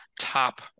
top